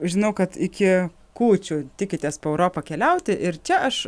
žinau kad iki kūčių tikitės po europą keliauti ir čia aš